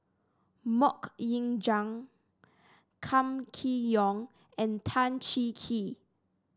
MoK Ying Jang Kam Kee Yong and Tan Cheng Kee